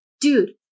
dude